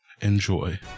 enjoy